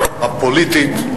הפוליטית.